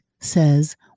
says